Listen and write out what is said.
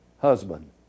husband